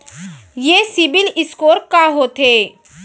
ये CIBIL score का होथे?